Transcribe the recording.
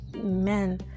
men